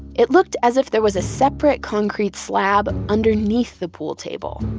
it looked as if there was a separate concrete slab underneath the pool table,